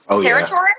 territory